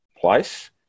place